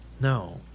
no